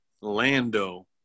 Lando